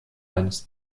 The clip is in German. eines